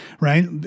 right